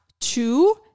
two